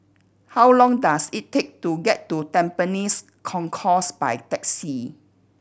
how long does it take to get to Tampines Concourse by taxi